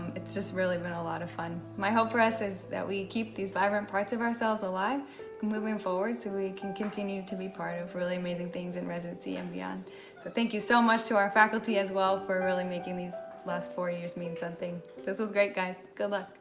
it's just really been a lot of fun. my hope for us is that we keep these vibrant parts of ourselves alive moving forward, so we can continue to be part of really amazing things in residency and beyond. so thank you so much to our faculty as well for really making these last four years mean something. this was great guys. good luck.